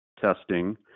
testing